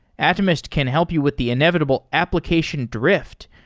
atomist can help you with the inevitable application drift,